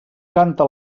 canta